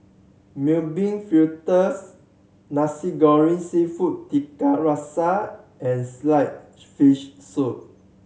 Mung Bean Fritters Nasi Goreng Seafood Tiga Rasa and sliced fish soup